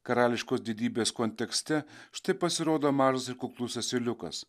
karališkos didybės kontekste štai pasirodo mažas ir kuklus asiliukas